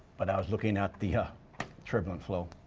but i was looking at the turbulent flow,